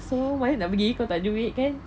so mana nak pergi kalau tak ada duit kan